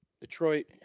Detroit